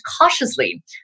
cautiously